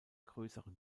grösseren